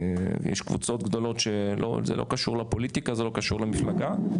יש קבוצות גדולות שזה לא קשור לפוליטיקה ולא קשור למפלגה,